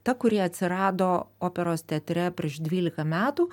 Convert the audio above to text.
ta kuri atsirado operos teatre prieš dvylika metų